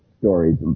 stories